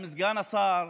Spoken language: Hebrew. גם סגן השר,